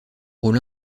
rôle